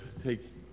take